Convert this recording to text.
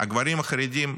הגברים החרדים,